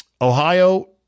Ohio